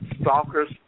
Stalkers